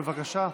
בבקשה.